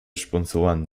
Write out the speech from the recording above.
sponsoren